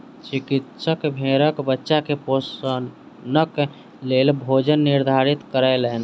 चिकित्सक भेड़क बच्चा के पोषणक लेल भोजन निर्धारित कयलैन